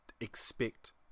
expect